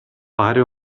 fare